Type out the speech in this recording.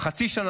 או החצי שנה,